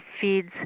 feeds